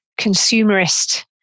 consumerist